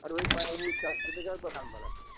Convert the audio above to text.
और वही चालीस रुपए का बादाम वाला पड़ेगा